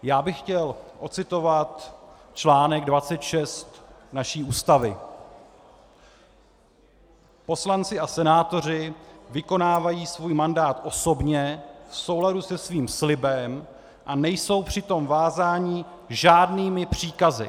Já bych chtěl ocitovat článek 26 naší Ústavy: Poslanci a senátoři vykonávají svůj mandát osobně v souladu se svým slibem a nejsou přitom vázáni žádnými příkazy.